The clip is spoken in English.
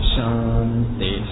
Shanti